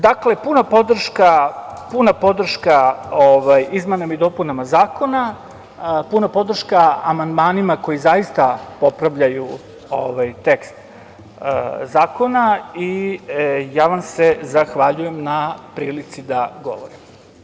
Dakle, puna podrška izmenama i dopunama zakona, puna podrška amandmanima koji zaista popravljaju tekst zakona i zahvaljujem vam se na prilici da govorim.